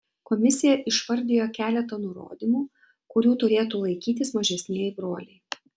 komisija išvardijo keletą nurodymų kurių turėtų laikytis mažesnieji broliai